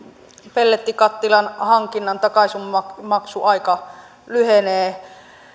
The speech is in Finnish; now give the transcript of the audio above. pellettikattilan hankinnan takaisinmaksuaika lyhenee